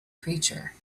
creature